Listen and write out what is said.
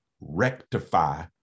rectify